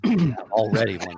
Already